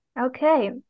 Okay